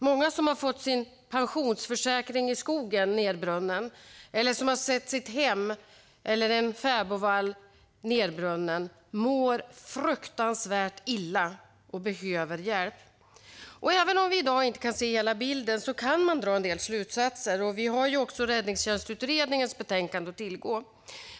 Många som har fått sin pensionsförsäkring i form av skog nedbrunnen eller har sett sitt hem eller en fäbodvall brinna ned mår fruktansvärt illa och behöver hjälp. Även om vi i dag inte kan se hela bilden kan vi dra en del slutsatser. Vi har ju också Räddningstjänstutredningens betänkande att tillgå.